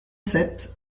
sept